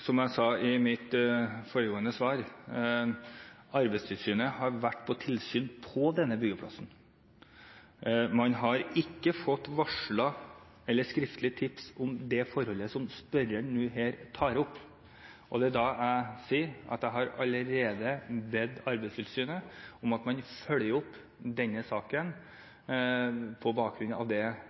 Som jeg sa i mitt foregående svar: Arbeidstilsynet har vært på tilsyn på denne byggeplassen. Man har ikke fått skriftlige tips om det forholdet som spørreren tar opp her nå. Og som jeg sier, har jeg allerede bedt Arbeidstilsynet om at man følger opp denne saken, på bakgrunn av